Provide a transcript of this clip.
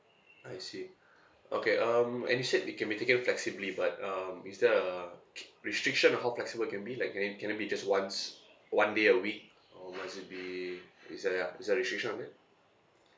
I see okay um and it should be can be taken flexibly but um is there a k~ restriction on how flexible it can be like can it can it be just once one day a week or must it be is there a is there a restriction of it